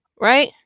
right